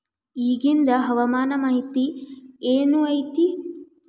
ಇಗಿಂದ್ ಹವಾಮಾನ ಮಾಹಿತಿ ಏನು ಐತಿ?